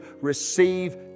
receive